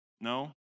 No